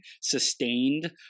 sustained